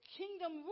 kingdom